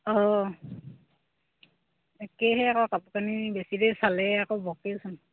অঁ একেহে আকৌ কাপোৰ কানি বেছি দেৰি চালে আকৌ বকেইচোন